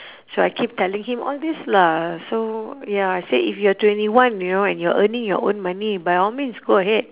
so I keep telling him all these lah so ya I said if you're twenty one you know and you're earning your own money by all means go ahead